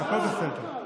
הכול בסדר.